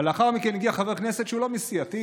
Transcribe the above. אבל לאחר מכן הגיע חבר כנסת שהוא לא מסיעתי,